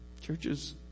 Churches